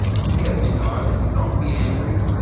forgive me, darling don't be angry.